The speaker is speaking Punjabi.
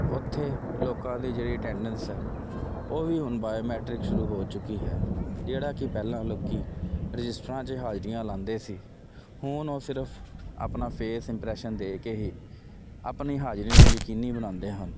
ਓਥੇ ਲੋਕਾਂ ਦੀ ਜਿਹੜੀ ਅਟੈਂਡਸ ਹੈ ਉਹ ਵੀ ਹੁਣ ਬਾਇਓਮੈਟ੍ਰਿਕ ਸ਼ੁਰੂ ਹੋ ਚੁੱਕੀ ਹੈ ਜਿਹੜਾ ਕਿ ਪਹਿਲਾਂ ਲੋਕੀ ਰਜਿਸਟਰਾਂ 'ਚ ਹਾਜ਼ਰੀਆਂ ਲਾਂਦੇ ਸੀ ਹੁਣ ਉਹ ਸਿਰਫ਼ ਆਪਣਾ ਫੇਸ ਇਮਪ੍ਰੈਸ਼ਨ ਦੇ ਕੇ ਹੀ ਆਪਣੀ ਹਾਜ਼ਰੀ ਨੂੰ ਯਕੀਨੀ ਬਣਾਉਂਦੇ ਹਨ